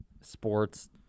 sports